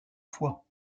fois